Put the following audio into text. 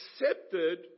accepted